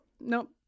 Nope